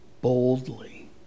boldly